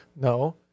No